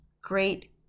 great